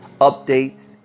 updates